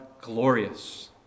glorious